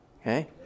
Okay